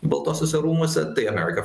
baltuosiuose rūmuose tai amerika